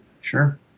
Sure